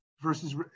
versus